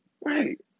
right